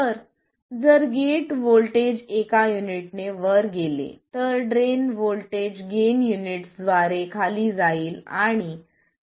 तर जर gate voltage एका युनिटने वर गेले तर ड्रेन व्होल्टेज गेन युनिट्स द्वारे खाली जाईल